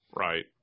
Right